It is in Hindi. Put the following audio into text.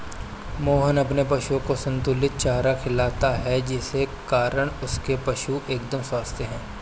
मोहन अपने पशुओं को संतुलित चारा खिलाता है जिस कारण उसके पशु एकदम स्वस्थ हैं